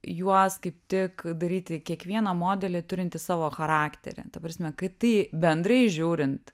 juos kaip tik daryti kiekvieną modelį turintį savo charakterį ta prasme kad tai bendrai žiūrint